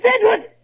Edward